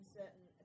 certain